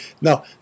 No